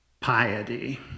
piety